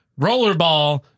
Rollerball